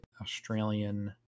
Australian